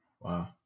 Wow